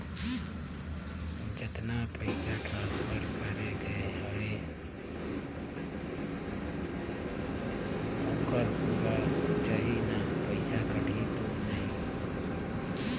जतना पइसा ट्रांसफर करे गये हवे ओकर पूरा जाही न पइसा कटही तो नहीं?